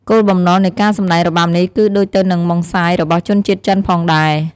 គោលបំណងនៃការសម្ដែងរបាំនេះ គឺដូចទៅនឹងម៉ុងសាយរបស់ជនជាតិចិនផងដែរ។